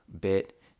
bit